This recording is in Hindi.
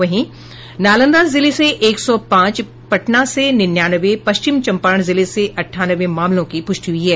वहीं नालदा जिले से एक सौ पांच पटना से निन्यानवे पश्चिम चंपारण जिले से अठानवे मामलों की पुष्टि हुई है